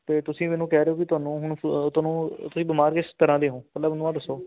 ਅਤੇ ਤੁਸੀਂ ਮੈਨੂੰ ਕਹਿ ਰਹੇ ਹੋ ਕਿ ਤੁਹਾਨੂੰ ਹੁਣ ਤੁਹਾਨੂੰ ਤੁਸੀਂ ਬਿਮਾਰ ਕਿਸ ਤਰ੍ਹਾਂ ਦੇ ਹੋ ਪਹਿਲਾਂ ਮੈਨੂੰ ਇਹ ਦੱਸੋ